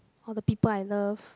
all the people I love